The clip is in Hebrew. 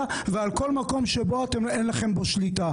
ואותה אתם צריכים לבדוק לפני שאתם מחליטים אחרת.